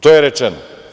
To je rečeno.